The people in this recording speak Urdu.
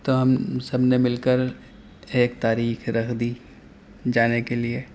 تو ہم سب نے مل کر ایک تاریخ رکھ دی جانے کے لیے